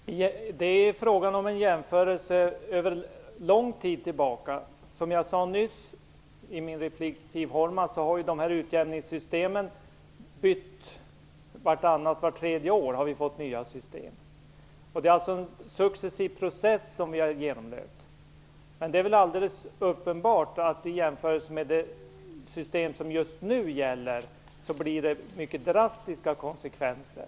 Herr talman! Det är ju fråga om en jämförelse med förhållandena sedan en lång tid tillbaka. Som jag nyss sade i min replik till Siv Holma har vi ju fått nya utjämningssystem vart annat eller vart tredje år. Det är alltså en successiv process som vi har genomlevt. Men det är väl alldeles uppenbart att det i jämförelse med det system som just nu gäller blir mycket drastiska konsekvenser.